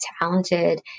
talented